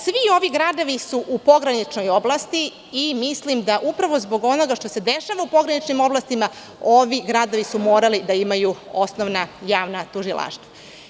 Svi ovi gradovi su u pograničnim oblastima i mislim da upravo zbog onoga što se dešava u pograničnim oblastima, ovi gradovi su morali da imaju osnovna javna tužilaštva.